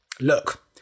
Look